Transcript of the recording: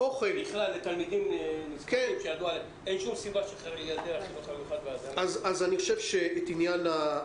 אין שום סיבה שילדי החינוך המיוחד והגנים לא יקבלו.